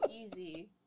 easy